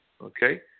Okay